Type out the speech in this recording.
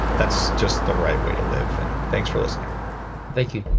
that's just the right way to live. and thanks for listening thank you